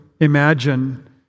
Imagine